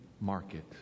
market